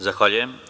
Zahvaljujem.